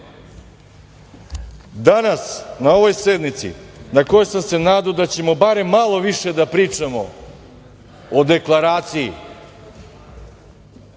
vodi. Danas na ovoj sednici, na kojoj sam se nadao da ćemo barem malo više da pričamo o Deklaraciji,